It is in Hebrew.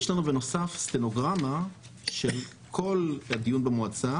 בנוסף, יש לנו סטנוגרמה של כל הדיון במועצה.